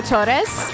Torres